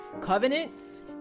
covenants